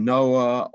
Noah